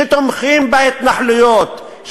שתומכים בהתנחלויות,